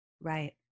right